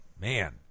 man